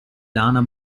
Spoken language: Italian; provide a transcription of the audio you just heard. lana